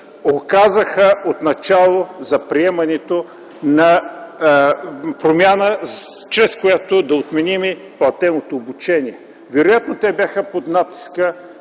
оказаха отначало за приемането на промяна, чрез която да отменим платеното обучение. Вероятно те бяха под натиска